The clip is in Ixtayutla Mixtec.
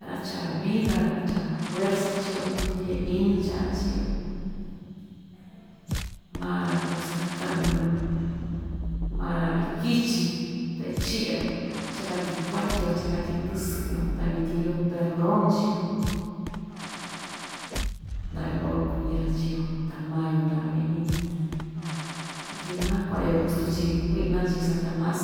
Ra‑chaꞌa vida, ra‑ chaꞌa fuerza chii‑yo tundyee iñi chaꞌa‑ra chii‑yo maa‑ra kuu sakaꞌanu‑yo maa‑ra ikichi ta ichiꞌi‑ra chakatyi kuatyi‑yo cha katyi tɨsɨꞌɨ‑yo ta vityin iyo perdon chii‑yo ndaꞌvi loko kuñi‑ra chii‑yo ta maa‑yo ndava iñi sutyi ma‑kuaꞌa‑yo gustu chii kuiꞌna chii satanas